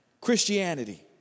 Christianity